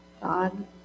God